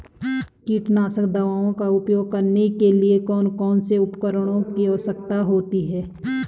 कीटनाशक दवाओं का उपयोग करने के लिए कौन कौन से उपकरणों की आवश्यकता होती है?